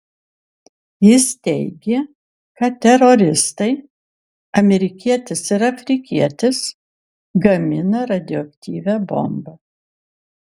jis teigė kad teroristai amerikietis ir afrikietis gamina radioaktyvią bombą